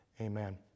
amen